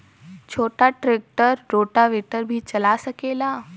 छोटा tractor rotavator भी चला सकेला?